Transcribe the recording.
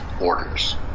orders